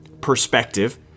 perspective